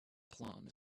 plum